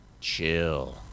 chill